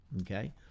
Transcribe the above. Okay